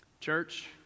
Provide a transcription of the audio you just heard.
Church